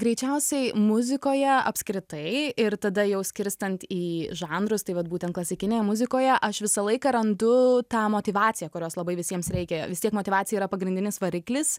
greičiausiai muzikoje apskritai ir tada jau skirstant į žanrus tai vat būtent klasikinėje muzikoje aš visą laiką randu tą motyvaciją kurios labai visiems reikia vis tiek motyvacija yra pagrindinis variklis